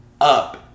up